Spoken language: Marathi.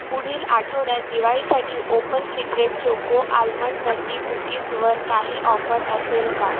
पुढील आठवड्यात दिवाळीसाठी open secret choco almond nutty कुकीजवर काही ऑफर असेल का